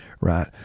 right